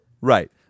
Right